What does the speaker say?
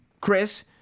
Chris